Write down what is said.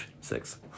Six